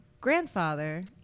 grandfather